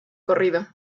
corrido